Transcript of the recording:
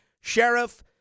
Sheriff